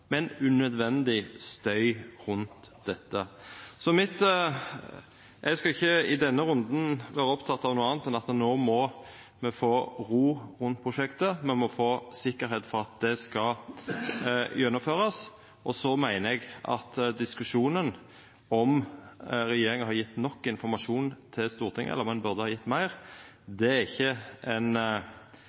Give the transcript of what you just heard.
men unødvendig støy rundt dette. Eg skal ikkje i denne runden vera oppteken av noko anna enn at me no må få ro rundt prosjektet. Me må få sikkerheit for at det skal gjennomførast. Eg meiner at diskusjonen om i kva grad regjeringa har gjeve nok informasjon til Stortinget, eller om ein burde ha gjeve meir, ikkje er ei sak som gjeld Space Norway. Det er